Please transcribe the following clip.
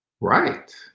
right